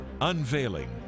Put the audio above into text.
Unveiling